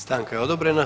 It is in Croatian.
Stanka je odobrena.